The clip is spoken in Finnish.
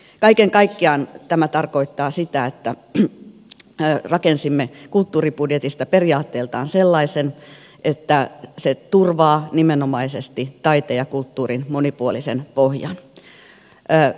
kaiken kaikkiaan tämä tarkoittaa sitä että rakensimme kulttuuribudjetista periaatteeltaan sellaisen että se turvaa nimenomaisesti taiteen ja kulttuurin monipuolisen pohjan